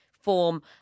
form